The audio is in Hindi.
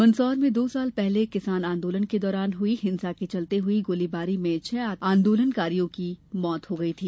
मंदसौर में दो साल पहले किसान आंदोलन के दौरान हई हिंसा के चलते हुई गोलीबारी में छह आंदोलकारियों की मौत हो गई थी